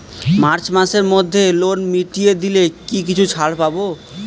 March মাসের মধ্যে loan মিটিয়ে দিলে কি কিছু ছাড় পাব?